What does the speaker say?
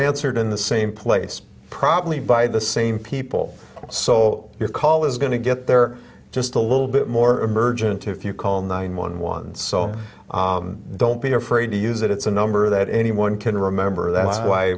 answered in the same place probably by the same people so your call is going to get there just a little bit more urgent if you call nine one one so don't be afraid to use it it's a number that anyone can remember that's why